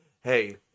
hey